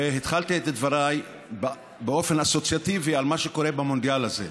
והתחלתי את דבריי באופן אסוציאטיבי במה שקורה במונדיאל הזה.